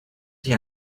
sich